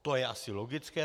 To je asi logické.